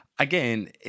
Again